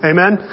Amen